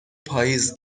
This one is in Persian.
پاییز